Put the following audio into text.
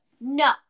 No